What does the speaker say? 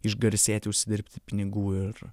išgarsėti užsidirbti pinigų ir